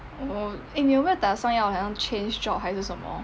oh eh 你有没有打算要好像 change job 还是什么